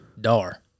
DAR